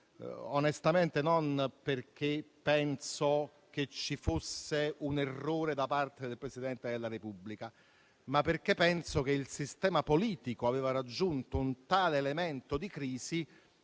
onestamente non perché penso che fosse un errore da parte del Presidente della Repubblica, ma perché penso che il sistema politico aveva raggiunto un tale livello di crisi